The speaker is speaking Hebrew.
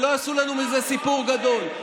ולא עשו לנו מזה סיפור גדול.